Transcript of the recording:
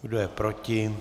Kdo je proti?